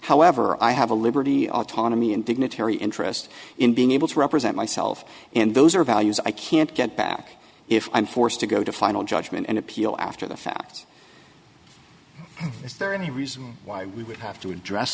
however i have a liberty autonomy and dignitary interest in being able to represent myself and those are values i can't get back if i'm forced to go to final judgment and appeal after the fact is there any reason why we would have to address